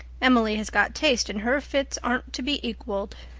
emily has got taste, and her fits aren't to be equaled.